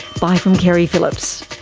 bye from keri phillips